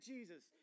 Jesus